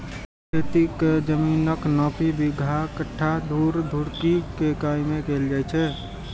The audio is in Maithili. खेतीक जमीनक नापी बिगहा, कट्ठा, धूर, धुड़की के इकाइ मे कैल जाए छै